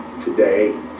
today